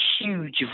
huge